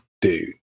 Dude